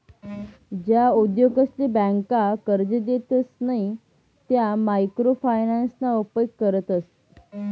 ज्या उद्योगसले ब्यांका कर्जे देतसे नयी त्या मायक्रो फायनान्सना उपेग करतस